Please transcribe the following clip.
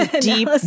deep